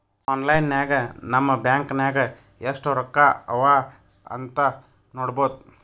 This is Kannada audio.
ಆನ್ಲೈನ್ ನಾಗ್ ನಮ್ ಬ್ಯಾಂಕ್ ನಾಗ್ ಎಸ್ಟ್ ರೊಕ್ಕಾ ಅವಾ ಅಂತ್ ನೋಡ್ಬೋದ